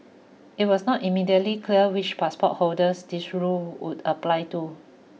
it was not immediately clear which passport holders this rule would apply to